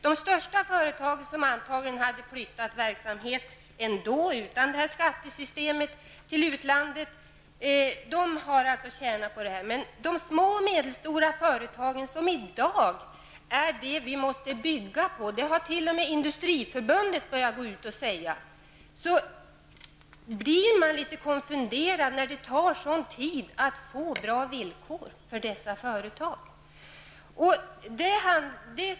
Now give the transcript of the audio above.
De största företagen, som antagligen hade flyttat verksamheten till utlandet ändå, utan det här skattesystemet, har alltså tjänat på det. För de små och medelstora företagens del, som i dag är de vi måste bygga på -- det har t.o.m. Industriförbundet börjat gå ut och säga -- blir man litet konfunderad, när det tar sådan tid att få bra villkor för dessa företag.